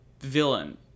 villain